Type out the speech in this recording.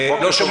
בוקר טוב